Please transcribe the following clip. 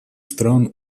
стран